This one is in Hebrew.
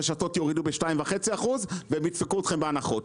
הרשתות יורידו ב-2.5% והם ידפקו אתכם בהנחות.